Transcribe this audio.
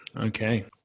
Okay